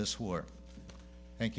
this war thank